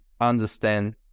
understand